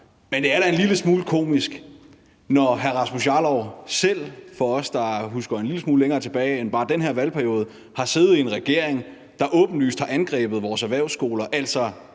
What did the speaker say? men det er da en lille smule komisk, når hr. Rasmus Jarlov – for os, der husker en lille smule længere tilbage end bare den her valgperiode – selv har siddet i en regering, der åbenlyst har angrebet vores erhvervsskoler, altså